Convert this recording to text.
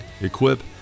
equip